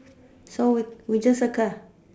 so we we just circle ah